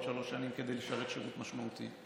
שלוש שנים כדי לשרת שירות משמעותי.